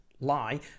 lie